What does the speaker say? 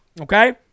okay